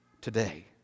today